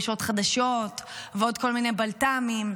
שיחזיר את לירי ואת כל החטופים הביתה.